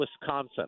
Wisconsin